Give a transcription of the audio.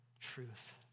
truth